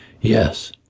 Yes